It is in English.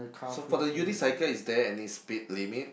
so for the unicycle is there any speed limit